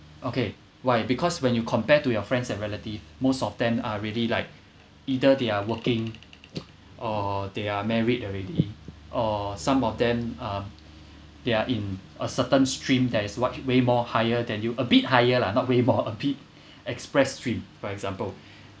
okay why because when you compare to your friends and relative most of them are really like either they are working or they are married already or some of them uh they are in a certain stream that is what way more higher than you a bit higher lah not way more a bit express stream for example